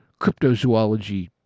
cryptozoology